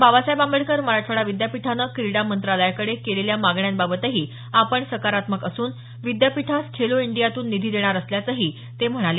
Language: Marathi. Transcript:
बाबासाहेब आंबेडकर मराठवाडा विद्यापीठानं क्रीडा मंत्रालयाकडे केलेल्या मागण्यांबाबतही आपण सकारात्मक असून विद्यापीठास खेलो इंडियातून निधी देणार असल्याचंही ते म्हणाले